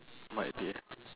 might be